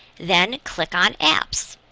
then click on apps.